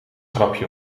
grapje